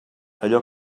allò